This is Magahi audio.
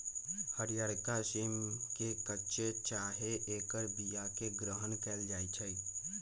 हरियरका सिम के कच्चे चाहे ऐकर बियाके ग्रहण कएल जाइ छइ